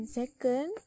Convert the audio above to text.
second